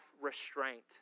restraint